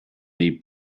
may